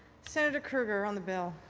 senator krueger on the bill.